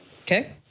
Okay